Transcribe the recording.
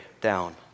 down